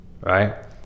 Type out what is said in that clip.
right